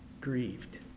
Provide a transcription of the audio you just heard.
Grieved